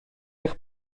eich